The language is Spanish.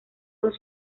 los